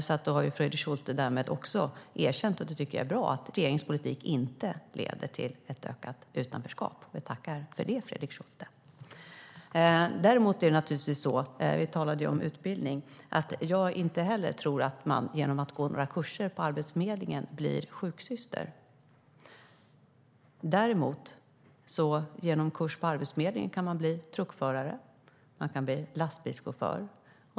Då har Fredrik Schulte därmed också erkänt att han tycker att det är bra att regeringens politik inte leder till ett ökat utanförskap. Vi tackar för det, Fredrik Schulte! Vi talade om utbildning. Inte heller jag tror att man genom att gå några kurser på Arbetsförmedlingen blir sjuksyster. Däremot kan man genom att gå en kurs på Arbetsförmedlingen bli truckförare och lastbilschaufför.